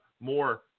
more